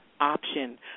option